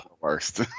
worst